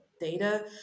data